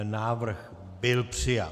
Návrh byl přijat.